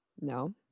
No